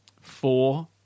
Four